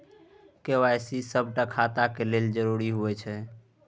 KYC सभटा खाताक लेल जरुरी होइत छै